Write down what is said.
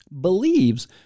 believes